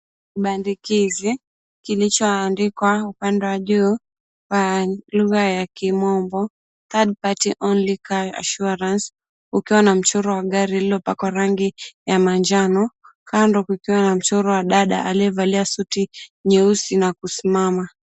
Kibandikizi, kilichoandikwa upande wa juu kwaa lugha ya Kimombo, Third Party Only Car Inssurance. Ukiwa na mchoro wa gari lililopakwa rangi ya manjano. Kando kukiwa na mchoro wa dada aliyevalia suti nyeusi na kusimama.